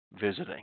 visiting